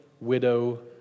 widow